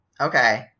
okay